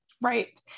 Right